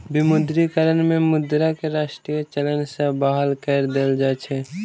विमुद्रीकरण में मुद्रा के राष्ट्रीय चलन सॅ बाहर कय देल जाइत अछि